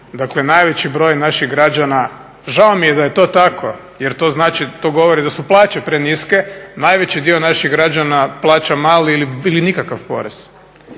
Dakle, najveći broj naših građana, žao mi je da je to tako, jer to znači, to govori da su plaće preniske, najveći dio naših građana plaća mali ili nikakav porez.